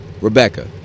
Rebecca